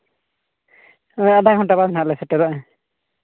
ᱱᱚᱜᱼᱚᱸᱭ ᱟᱫᱷᱟ ᱜᱷᱚᱱᱴᱟ ᱵᱟᱫᱽ ᱱᱟᱦᱟᱜ ᱞᱮ ᱥᱮᱭᱮᱨᱚᱜᱼᱟ